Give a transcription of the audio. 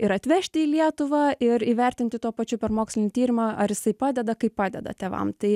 ir atvežti į lietuvą ir įvertinti tuo pačiu per mokslinį tyrimą ar jisai padeda kaip padeda tėvam tai